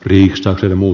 riista ja muu